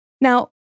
Now